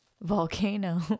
Volcano